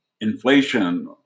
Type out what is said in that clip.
inflation